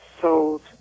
sold